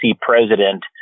president